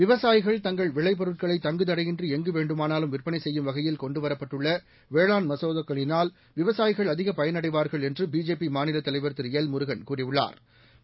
விவசாயிகள் தங்கள் விளைபொருட்களை தங்கு தடையின்றி எங்கு வேண்டுமானாலும் விற்பனை செய்யும் வகையில் கொண்டுவரப்பட்டுள்ள வேளாண் மசோதாக்களினால் விவசாயிகள் அதிக பயனடைவார்கள் என்று பிஜேபி மாநில தலைவா் திரு எல் முருகன் கூறியுள்ளாா்